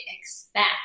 expect